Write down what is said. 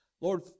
Lord